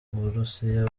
uburusiya